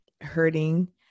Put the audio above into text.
hurting